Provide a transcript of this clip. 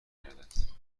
کردند